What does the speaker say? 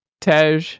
Tej